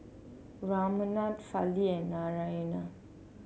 Ramanand Fali and Narayana